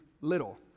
little